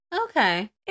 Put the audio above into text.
Okay